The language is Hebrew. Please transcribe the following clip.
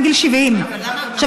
בגיל 70. עכשיו,